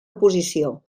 oposició